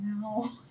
no